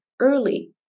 early